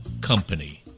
company